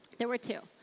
there were two.